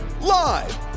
Live